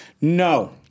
no